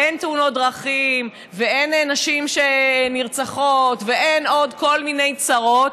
אין תאונות דרכים ואין נשים שנרצחות ואין עוד כל מיני צרות,